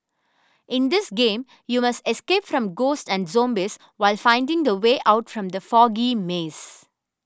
in this game you must escape from ghosts and zombies while finding the way out from the foggy maze